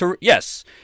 Yes